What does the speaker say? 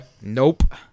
Nope